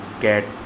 get